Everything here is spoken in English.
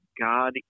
God